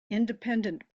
independent